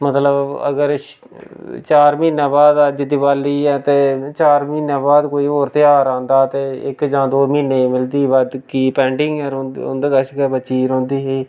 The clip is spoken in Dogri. मतलब अगर चार म्हीने बाद अज्ज दिवाली ऐ ते चार म्हीने बाद कोई होर तेहार औंदा ते इक जां दो म्हीने दी मिलदी ही बाकी पैंडिग गै उं'दै कश गै बची रौंह्दी ही